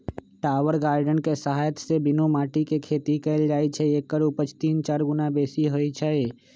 tower garden कें सहायत से बीनु माटीके खेती कएल जाइ छइ एकर उपज तीन चार गुन्ना बेशी होइ छइ